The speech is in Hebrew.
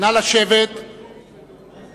נא לשבת במקומות.